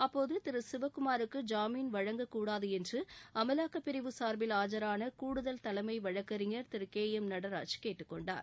அப்போது திரு சிவகுமாருக்கு ஜாமீன் வழங்கக்கூடாது என்று அமலாக்கப்பிரிவு சார்பில் ஆஜரான கூடுதல் தலைமை வழக்கறிஞர் திரு கே எம் நாகராஜ் கேட்டுக் கொண்டார்